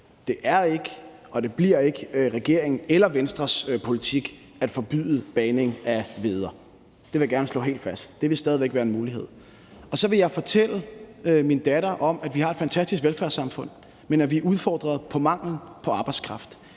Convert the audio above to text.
Det er ikke og det bliver ikke regeringens eller Venstres politik at forbyde bagning af hveder. Det vil jeg gerne slå helt fast. Det vil stadig væk være en mulighed. Og så vil jeg fortælle min datter om, at vi har et fantastisk velfærdssamfund, men at vi er udfordret af manglen på arbejdskraft,